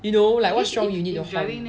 you know like what's wrong you need your